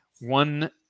one